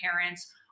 parents